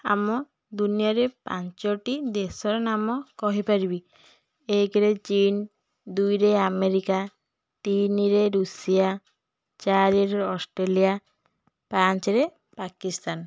ଆମ ଦୁନିଆରେ ପାଞ୍ଚଟି ଦେଶର ନାମ କହିପାରିବି ଏକରେ ଚୀନ୍ ଦୁଇରେ ଆମେରିକା ତିନିରେ ରଷିଆ ଚାରିରେ ଅଷ୍ଟ୍ରେଲିଆ ପାଞ୍ଚରେ ପାକିସ୍ତାନ